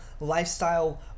lifestyle